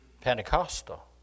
Pentecostal